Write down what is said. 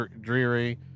dreary